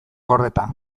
gordeta